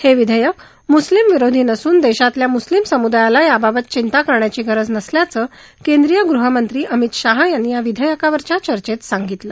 हे विधेयक मुस्लीमविरोधी नसून देशातल्या मुस्लीम समुदायाला याबाबत चिंता करण्याची गरज नसल्याचं केंद्रीय गृहमंत्री अमित शहा यांनी या विधेयकावरच्या चर्चेत सांगितलं